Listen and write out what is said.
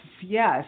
yes